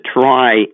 try